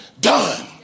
done